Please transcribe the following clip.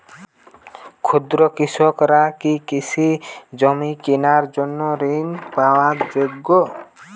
ক্ষুদ্র কৃষকরা কি কৃষিজমি কেনার জন্য ঋণ পাওয়ার যোগ্য?